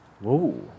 Whoa